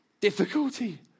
Difficulty